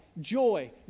joy